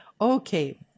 Okay